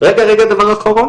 דבר אחרון,